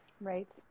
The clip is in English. Right